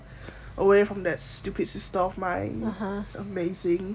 away from that stupid sister of mind it's amazing